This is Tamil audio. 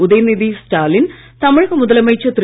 உதயநிதி ஸ்டாலின் தமிழக முதலமைச்சர் திரு